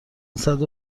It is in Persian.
صدو